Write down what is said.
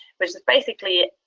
which is basically